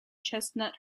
chestnut